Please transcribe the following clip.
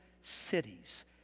cities